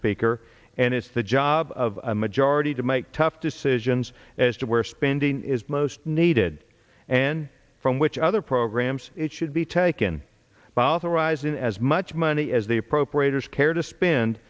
speaker and it's the job of a majority to make tough decisions as to where spending is most needed and from which other programs should be taken by authorizing as much money as the appropriators care to spend